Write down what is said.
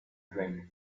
drink